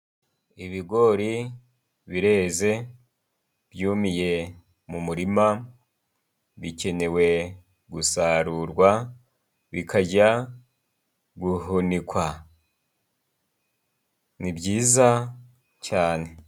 Ibigori bireze byumiye mu murima, bikenewe gusarurwa bikajya guhunikwa. Ni byiza cyane!